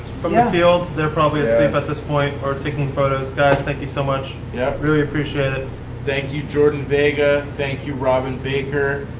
from the field. they're probably asleep at this point. or taking photos. guys, thank you so much. yeah really appreciate it. josh thank you, jordan vega. thank you, robin baker.